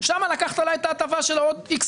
שם לקחת לה את ההטבה של עוד איקס